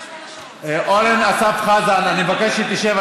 אורן אסף חזן, אני מבקש שתשב.